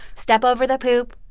step over the poop.